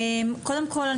קודם כול,